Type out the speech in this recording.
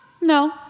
No